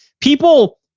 people